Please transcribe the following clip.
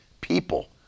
people